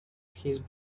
his